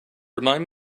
remind